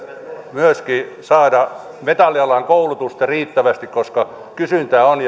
myöskin saada metallialan koulutusta riittävästi koska kysyntää on